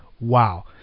wow